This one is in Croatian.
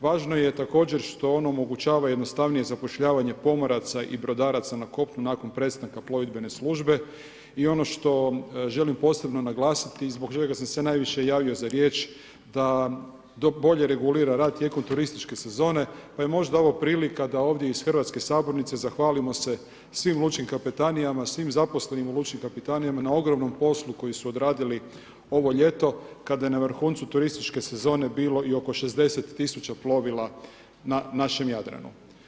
Važno je također što on nam omogućava jednostavnije zapošljavanje pomoraca brodaraca na kopnu nakon prestanka plovidbene službe i ono što želim posebno naglasiti i zbog čega sam se najviše javio za riječ, da bolje regulira rad tijekom turističke sezone pa je je možda ovo prilika da ovdje iz hrvatske sabornice zahvalimo se svim lučkim kapetanijama, svim zaposlenima u lučkim kapetanijama na ogromnom poslu koji su odradili ovo ljeto kada je na vrhuncu turističke sezone bilo i oko 60 000 plovila na našem Jadranu.